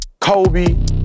Kobe